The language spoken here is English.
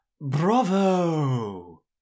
bravo